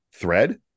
Thread